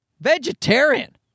Vegetarian